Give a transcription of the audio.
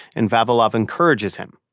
and vavilov encourages him.